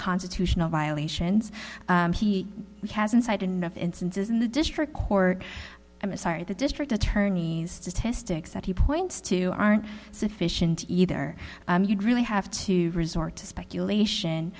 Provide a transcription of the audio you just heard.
constitutional violations he has inside enough instances in the district court i'm sorry the district attorney's statistics that he points to aren't sufficient either you'd really have to resort to speculation